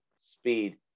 Speed